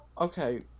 okay